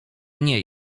nie